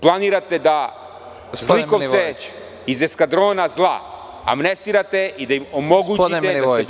Planirate da zlikovce iz eskadrona zla amnestirate i da im omogućite da se bave…